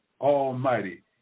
Almighty